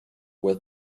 with